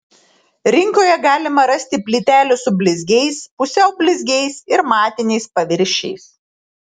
rinkoje galima rasti plytelių su blizgiais pusiau blizgiais ir matiniais paviršiais